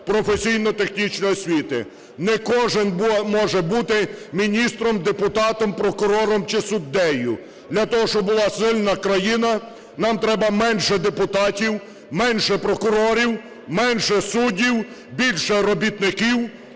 професійно-технічної освіти. Не кожен може бути міністром, депутатом, прокурором чи суддею. Для того щоб була сильна країна, нам треба менше депутатів, менше прокурорів, менше суддів, більше робітників